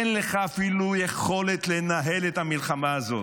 אין לך אפילו יכולת לנהל את המלחמה הזאת.